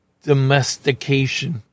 domestication